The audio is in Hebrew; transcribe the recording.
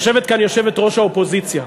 יושבת כאן יושבת-ראש האופוזיציה,